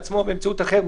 בעצמו או באמצעות אחר,